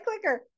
clicker